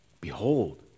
Behold